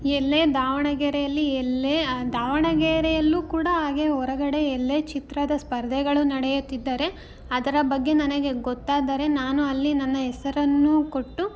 ಎಲ್ಲೇ ದಾವಣಗೆರೆಯಲ್ಲಿ ಎಲ್ಲೇ ದಾವಣಗೆರೆಯಲ್ಲು ಕೂಡ ಹಾಗೆ ಹೊರಗಡೆ ಎಲ್ಲೇ ಚಿತ್ರದ ಸ್ಪರ್ಧೆಗಳು ನಡೆಯುತ್ತಿದ್ದರೆ ಅದರ ಬಗ್ಗೆ ನನಗೆ ಗೊತ್ತಾದರೆ ನಾನು ಅಲ್ಲಿ ನನ್ನ ಹೆಸರನ್ನು ಕೊಟ್ಟು